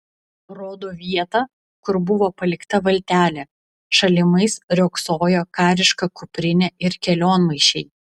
rado vietą kur buvo palikta valtelė šalimais riogsojo kariška kuprinė ir kelionmaišiai